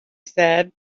said